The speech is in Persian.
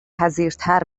پذیرتر